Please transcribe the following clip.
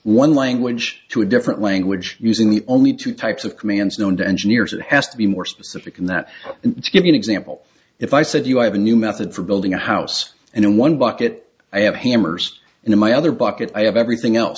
one language to a different language using the only two types of commands known to engineers it has to be more specific than that give me an example if i said you have a new method for building a house and one bucket i have hammers in my other bucket i have everything else